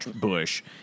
bush